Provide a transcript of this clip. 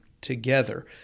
together